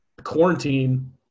quarantine